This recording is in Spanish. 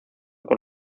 con